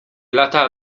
lata